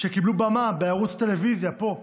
שקיבלו במה בערוץ טלוויזיה פה,